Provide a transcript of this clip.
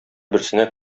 берсенә